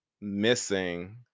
missing